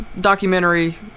documentary